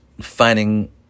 finding